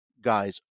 guys